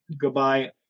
goodbye